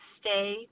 stay